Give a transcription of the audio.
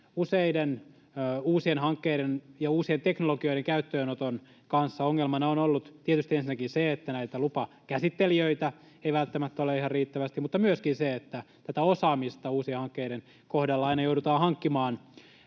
Useiden uusien hankkeiden ja uusien teknologioiden käyttöönoton kanssa ongelmana on ollut tietysti ensinnäkin se, että näitä lupakäsittelijöitä ei välttämättä ole ihan riittävästi, mutta myöskin se, että tätä osaamista uusien hankkeiden kohdalla aina joudutaan hankkimaan.